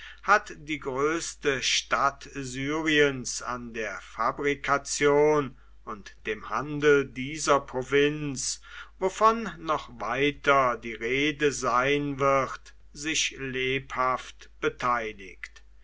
hat die größte stadt syriens an der fabrikation und dem handel dieser provinz wovon noch weiter die rede sein wird sich lebhaft